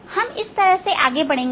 हम इस तरह आगे बढ़ेंगे